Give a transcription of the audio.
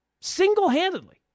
single-handedly